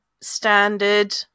standard